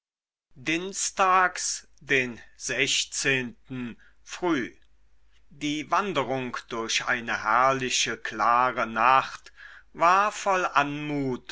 dienstags den sechzehn früh die wanderung durch eine herrlich klare nacht war voll